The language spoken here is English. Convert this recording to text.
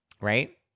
Right